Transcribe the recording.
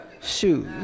Shoot